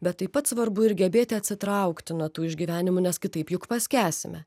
bet taip pat svarbu ir gebėti atsitraukti nuo tų išgyvenimų nes kitaip juk paskęsime